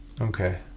Okay